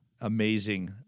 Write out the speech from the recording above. Amazing